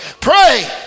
Pray